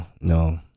no